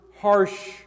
harsh